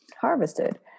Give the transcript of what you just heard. harvested